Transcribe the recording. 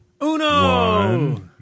Uno